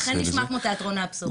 זה אכן נשמע כמו תיאטרון האבסורד.